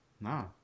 No